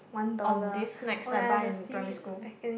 of this snacks I buy in primary school